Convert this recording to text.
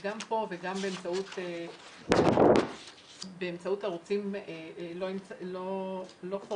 גם פה וגם באמצעות ערוצים לא פורמליים